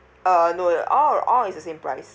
uh no it all all is the same price